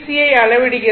யை அளவிடுகிறது